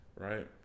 right